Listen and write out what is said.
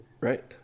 Right